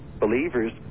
believers